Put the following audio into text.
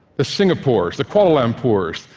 the singapores, the kuala lumpurs,